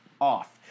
off